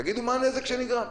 תגידו מה הנזק שנגרם,